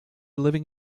living